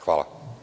Hvala.